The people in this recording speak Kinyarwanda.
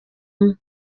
umwe